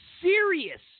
serious